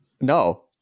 no